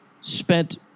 spent